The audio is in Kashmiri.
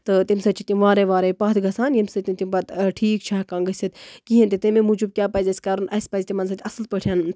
تہٕ تَمہِ سۭتۍ چھِ تِم وارٕے وارٕے پَتھ گژھان ییٚمہِ سۭتۍ تِم پَتہٕ ٹھیٖک چھِ ہٮ۪کان گٔژھِتھ کِہیٖنۍ تہِ تَمے موٗجوٗب کیاہ پَزِ اَسہِ کَرُن اَسہِ پَزِ تِمن سۭتۍ اَصٕل پٲٹھۍ